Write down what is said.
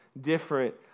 different